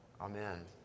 Amen